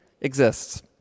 exists